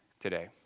today